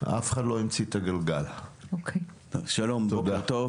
בוקר טוב,